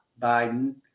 Biden